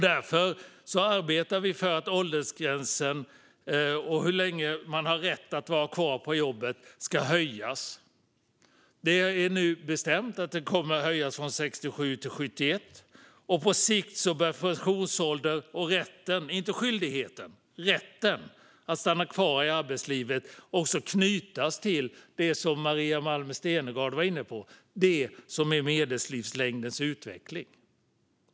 Därför arbetar vi för att åldersgränsen som anger hur länge man har rätt att vara kvar på jobbet ska höjas, och det är nu bestämt att gränsen kommer att höjas från 67 till 71 år. På sikt bör pensionsåldern och rätten - inte skyldigheten, utan rätten - att stanna kvar i arbetslivet knytas till det som Maria Malmer Stenergard var inne på, nämligen medellivslängdens utveckling.